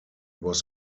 was